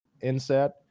inset